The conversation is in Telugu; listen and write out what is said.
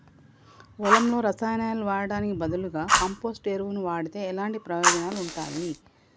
పొలంలో రసాయనాలు వాడటానికి బదులుగా కంపోస్ట్ ఎరువును వాడితే ఎలాంటి ప్రయోజనాలు ఉంటాయి?